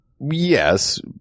Yes